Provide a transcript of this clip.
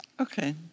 Okay